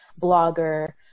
blogger